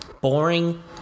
boring